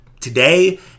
today